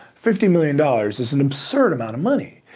fifty million dollars is an absurd amount of money.